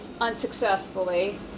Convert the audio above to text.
unsuccessfully